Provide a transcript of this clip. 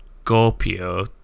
Scorpio